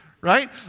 right